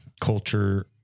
culture